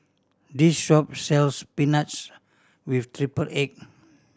this shop sells spinach with triple egg